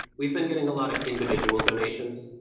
we've been getting a lot of individual donations.